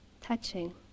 touching